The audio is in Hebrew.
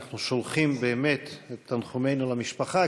אנחנו שולחים באמת את תנחומינו למשפחה,